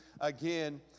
again